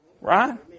Right